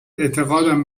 اعتقادم